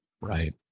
right